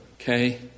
okay